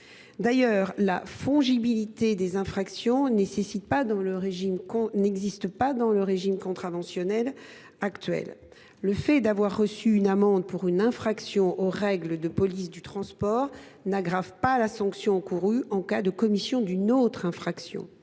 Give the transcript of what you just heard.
D’ailleurs, la fongibilité des infractions n’existe pas dans le régime contraventionnel existant : avoir reçu une amende pour une infraction aux règles de la police du transport n’aggrave pas la sanction encourue en cas de commission d’une autre infraction.